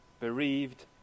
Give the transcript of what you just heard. bereaved